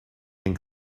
and